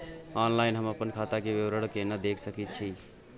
Online हम अपन खाता के विवरणी केना देख सकै छी?